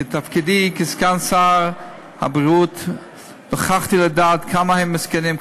כסגן שר הבריאות נוכחתי לדעת כמה הם מסכנים,